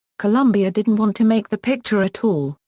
columbia didn't want to make the picture at all,